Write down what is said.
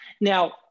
Now